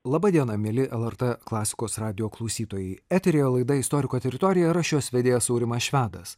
laba diena mieli el er tė klasikos radijo klausytojai eteryje laida istoriko teritorija ir aš jos vedėjas aurimas švedas